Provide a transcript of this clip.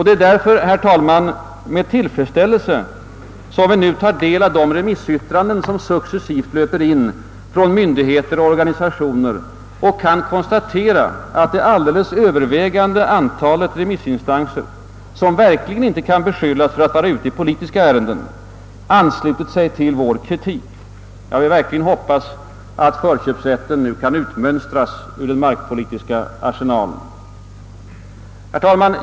Det är därför, herr talman, med tillfredsställelse som vi nu tar del av de remissyttranden, som successivt löper in från myndigheter och organisationer, och kan konstatera att det alldeles övervägande antalet remissinstanser, som verkligen inte kan beskyllas för att vara ute i politiska ärenden, anslutit sig till vår kritik. Jag vill verkligen hoppas att förköpsrätten nu kan utmönstras ur den markpolitiska arsenalen. Herr talman!